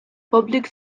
public